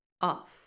off